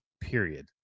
period